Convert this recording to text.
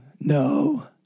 No